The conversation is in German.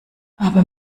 aber